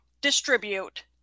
distribute